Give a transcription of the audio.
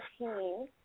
14